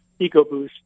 EcoBoost